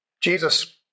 Jesus